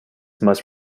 must